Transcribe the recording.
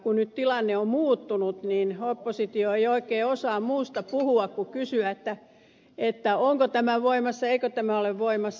kun tilanne on nyt muuttunut niin oppositio ei oikein osaa muuta kuin kysyä onko tämä voimassa ja eikö tämä ole voimassa